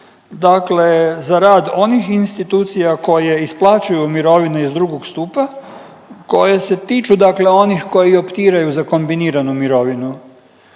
Dakle, za rad onih institucija koje isplaćuju mirovine iz II. stupa koje se tiču dakle onih koji optiraju za kombiniranu mirovinu.